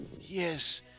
Yes